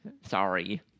Sorry